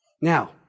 Now